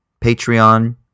Patreon